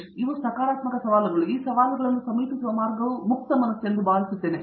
ಪಂಚನಾಲ ಇವುಗಳು ತುಂಬಾ ಸಕಾರಾತ್ಮಕ ಸವಾಲುಗಳು ಮತ್ತು ಈ ಸವಾಲುಗಳನ್ನು ಸಮೀಪಿಸುವ ಮಾರ್ಗವು ಮುಕ್ತ ಮನಸ್ಸು ಎಂದು ನಾನು ಭಾವಿಸುತ್ತೇನೆ